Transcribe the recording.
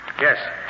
Yes